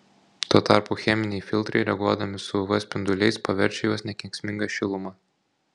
tuo tarpu cheminiai filtrai reaguodami su uv spinduliais paverčia juos nekenksminga šiluma